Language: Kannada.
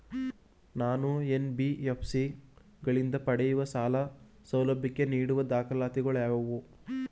ನಾನು ಎನ್.ಬಿ.ಎಫ್.ಸಿ ಗಳಿಂದ ಪಡೆಯುವ ಸಾಲ ಸೌಲಭ್ಯಕ್ಕೆ ನೀಡುವ ದಾಖಲಾತಿಗಳಾವವು?